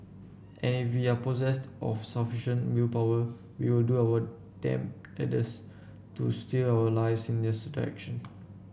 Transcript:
and if we are possessed of sufficient willpower we will do our to steer our lives in their